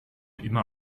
immer